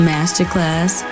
Masterclass